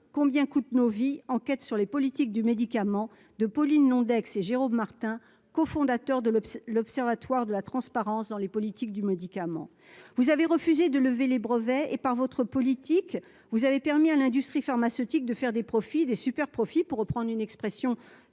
combien coûtent nos vies, enquête sur les politiques du médicament de Pauline non et Jérôme Martin, cofondateur de l'Observatoire de la transparence dans les politiques du médicament, vous avez refusé de lever les brevets et par votre politique, vous avez permis à l'industrie pharmaceutique, de faire des profits des super profits, pour reprendre une expression très en